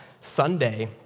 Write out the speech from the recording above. Sunday